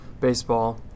baseball